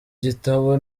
gitabo